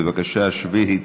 בבקשה, שבי.